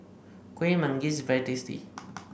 Kueh Manggis is very tasty